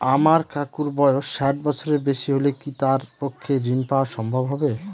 আমার কাকুর বয়স ষাট বছরের বেশি হলে কি তার পক্ষে ঋণ পাওয়া সম্ভব হবে?